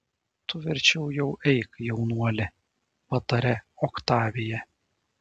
tu verčiau jau eik jaunuoli patarė oktavija